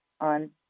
on